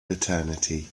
eternity